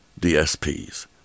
DSPs